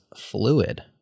Fluid